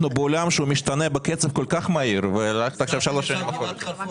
אנחנו בעולם שמשתנה בקצב כל כך מהיר והולכים שלוש שנים אחורה.